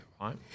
right